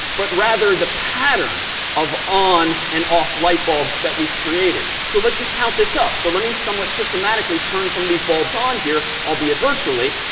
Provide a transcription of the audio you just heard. but rather the pattern of on and off light bulbs that we've created. so let's just count this up. so let me somewhat systematically turn some of these bulbs on here, albeit virtually.